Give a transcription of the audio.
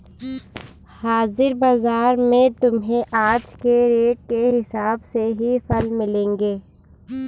हाजिर बाजार में तुम्हें आज के रेट के हिसाब से ही फल मिलेंगे